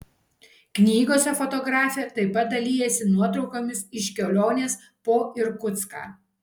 knygose fotografė taip pat dalijasi nuotraukomis iš kelionės po irkutską